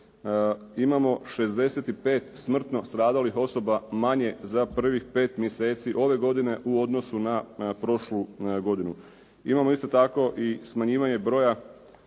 Imamo 65 smrtno stradalih osoba manje za prvih 5 mjeseci ove godine u odnosu na prošlu godinu. Imamo isto tako i smanjivanje broja